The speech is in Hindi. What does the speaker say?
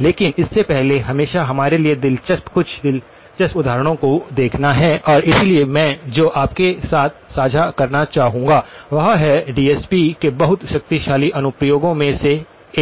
लेकिन इससे पहले हमेशा हमारे लिए दिलचस्प कुछ दिलचस्प उदाहरणों को देखना है और इसलिए मैं जो आपके साथ साझा करना चाहूंगा वह है डीएसपी के बहुत शक्तिशाली अनुप्रयोगों में से